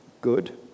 good